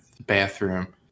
bathroom